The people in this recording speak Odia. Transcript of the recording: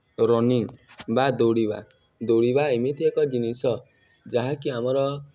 ରନିଙ୍ଗ୍ ବା ଦୌଡ଼ିବା ଦୌଡ଼ିବା ଏମିତି ଏକ ଜିନିଷ ଯାହାକି ଆମର